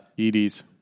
Edie's